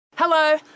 Hello